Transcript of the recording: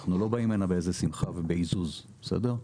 אנחנו באים הנה באיזו שמחה ובעזוז, בסדר?